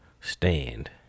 stand